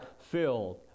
filled